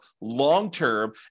long-term